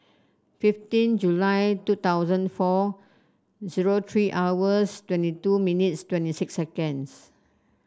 fifteen July two thousand four zero three hours twenty two minutes twenty six seconds